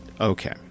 Okay